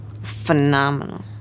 phenomenal